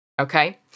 Okay